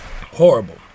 Horrible